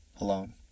alone